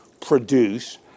produce